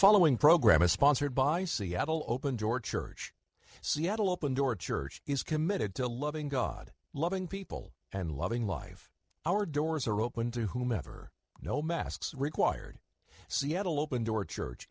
following program is sponsored by seattle open door church seattle open door church is committed to loving god loving people and loving life our doors are open to whomever no masks required seattle open door church